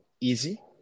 easy